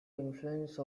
influence